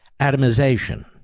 atomization